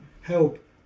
help